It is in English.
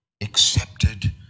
accepted